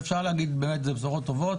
אפשר באמת להגיד שאלה בשורות טובות